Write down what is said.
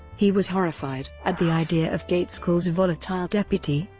he was horrified at the idea of gaitskell's volatile deputy,